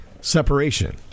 Separation